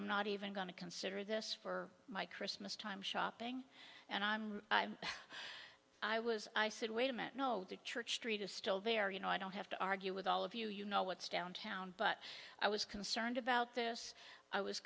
i'm not even going to consider this for my christmas time shopping and i'm i was i said wait a minute no the church street is still there you know i don't have to argue with all of you you know what's downtown but i was concerned about this i was